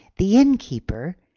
the innkeeper,